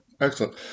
excellent